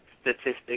statistics